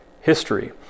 history